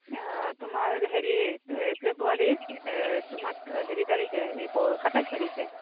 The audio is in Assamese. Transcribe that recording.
তোমাৰ হেৰি এই ফেব্ৰুৱাৰী তোমাৰ হেৰি তাৰিখে এই সাতাইছ তাৰিখে